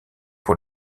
pour